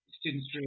Students